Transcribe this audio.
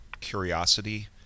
curiosity